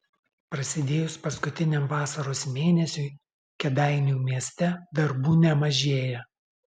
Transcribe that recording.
prasidėjus paskutiniam vasaros mėnesiui kėdainių mieste darbų nemažėja